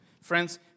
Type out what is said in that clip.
Friends